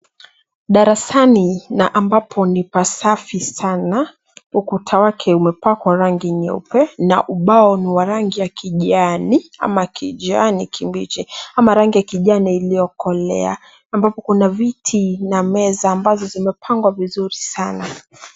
Darasana na ambapo ni pasafi sana ukuta wake umepakwa rangi nyeupe na ubao ni wa rangi ya kijani ama kijani kibichi, ama rangi ya kijani iliyokolea ambapo kuna viti na meza ambazo zimepangwa vizuri sana.